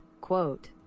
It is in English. Quote